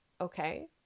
Okay